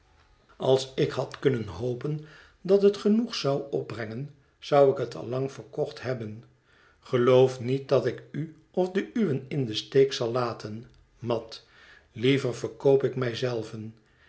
als ik had kunnen hopen dat het genoeg zou opbrengen zou ik het al lang verkocht hebben geloof niet dat ik u of de uwen in den steek zal laten mat liever verkoop ik mij